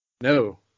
No